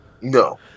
No